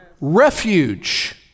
Refuge